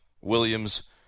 Williams